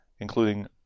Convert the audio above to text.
including